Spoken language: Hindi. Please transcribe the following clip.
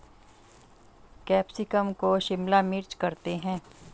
कैप्सिकम को शिमला मिर्च करते हैं